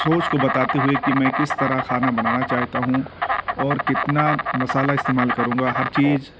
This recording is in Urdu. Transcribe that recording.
سوچ کو بتاتے ہوئے کہ میں کس طرح خانا بنانا چاہتا ہوں اور کتنا مسالا استعمال کروں گا ہر چیز